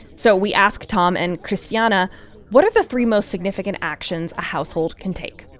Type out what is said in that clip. so we asked tom and christiana what are the three most significant actions a household can take?